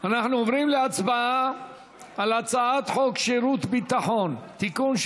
אנחנו עוברים להצבעה על הצעת חוק שירות ביטחון (תיקון,